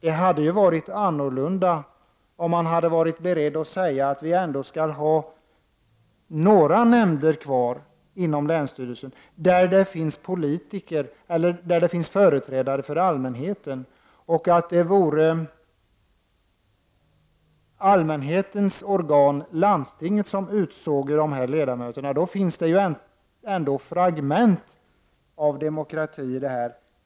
Det hade ju varit annorlunda om dessa partier hade varit beredda att säga att vi inom länsstyrelsen, där det finns företrädare för allmänheten, ändå skall ha några nämnder kvar och att allmänhetens organ, landstingen, skulle utse dessa ledamöter. Då skulle det ändå finnas fragment av demokrati i detta.